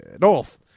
north